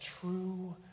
true